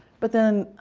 but then,